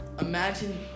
imagine